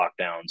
lockdowns